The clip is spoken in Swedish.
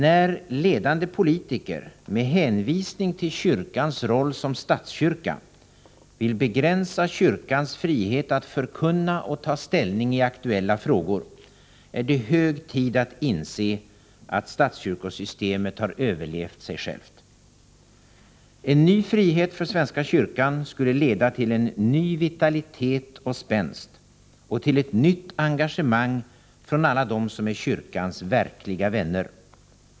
När ledande politiker — med hänvisning till kyrkans roll som statskyrka — vill begränsa kyrkans frihet att förkunna och ta ställning i aktuella frågor, är det hög tid att inse att statskyrkosystemet överlevt sig självt. En ny frihet för svenska kyrkan skulle leda till en ny vitalitet och spänst och tillett nytt engagemang från alla dem som är kyrkans verkliga vänner.